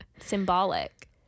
Symbolic